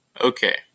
Okay